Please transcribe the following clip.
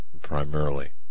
primarily